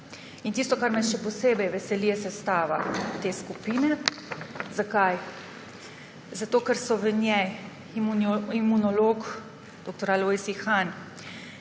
Tisto, kar me še posebej veseli, je sestava te skupine. Zakaj? Zato ker so v njej imunolog dr. Alojz Ihan